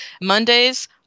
Mondays